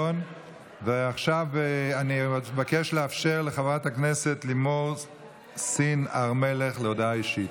עכשיו אני מבקש לאפשר לחברת הכנסת לימור סון הר מלך הודעה אישית.